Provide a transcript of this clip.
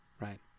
right